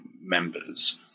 members